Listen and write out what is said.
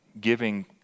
giving